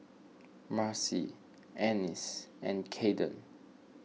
Marci Ennis and Caden